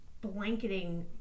blanketing